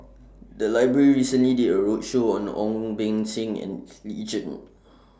The Library recently did A roadshow on Ong Beng Seng and Lee Tjin